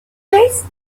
race